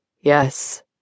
Yes